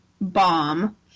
bomb